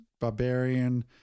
Barbarian